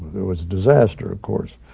it was disaster, of course.